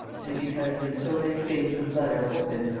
and because, when so many veins of blood are opened,